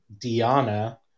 Diana